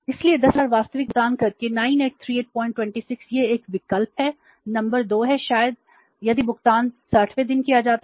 इसलिए 10000 वास्तविक भुगतान करके 983826 यह 1 विकल्प है नंबर 2 है यदि भुगतान 60 वें दिन किया जाता है